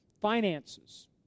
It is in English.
finances